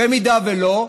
אם לא,